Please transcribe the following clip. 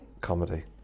Comedy